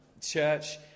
Church